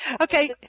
Okay